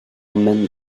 mynd